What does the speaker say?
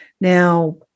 Now